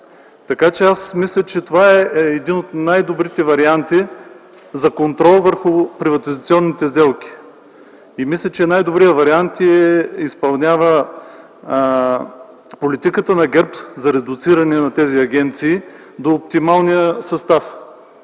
страни. Аз мисля, че това е един от най-добрите варианти за контрол върху приватизационните сделки. И мисля, че с този най-добър вариант се изпълнява и политиката на ГЕРБ за редуциране на оптималния състав